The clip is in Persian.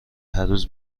هرروز